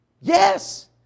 Yes